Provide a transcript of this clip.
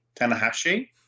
Tanahashi